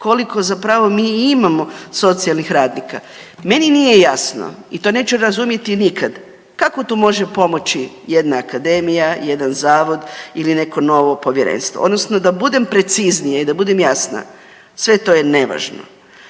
koliko zapravo mi imamo socijalnih radnika. Meni nije jasno i to neću razumjeti nikad kako tu može pomoći jedna akademija, jedan zavod ili neko novo povjerenstvo odnosno da budem preciznija i da budem jasna sve to je nevažno.